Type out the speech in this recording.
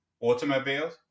automobiles